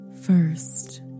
first